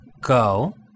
Go